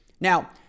Now